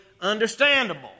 understandable